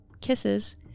Kisses